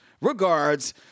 Regards